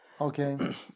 Okay